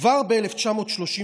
כבר ב-1935,